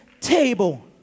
table